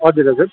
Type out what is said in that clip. हजुर हजुर